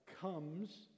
comes